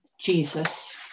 Jesus